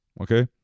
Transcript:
Okay